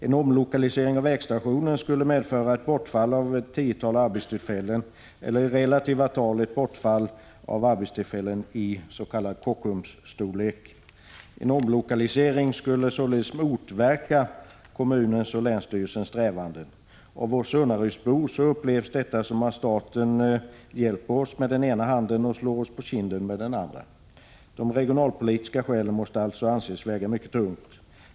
En omlokalisering av vägstationen skulle medföra bortfall av ett tiotal arbetstillfällen eller i relativa tal ett bortfall av arbetstillfällen i s.k. Kockumsstorlek. En omlokalisering skulle således motverka kommunens och länsstyrelsens strävanden, och vi Unnarydsbor upplever detta som att staten hjälper oss med den ena handen och slår oss på kinden med den andra. De regionalpolitiska skälen måste alltså anses väga mycket tungt.